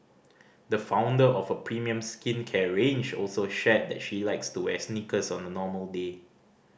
the founder of a premium skincare range also shared that she likes to wear sneakers on a normal day